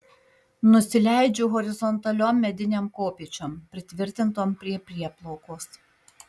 nusileidžiu horizontaliom medinėm kopėčiom pritvirtintom prie prieplaukos